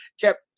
kept